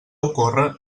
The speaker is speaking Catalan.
ocorre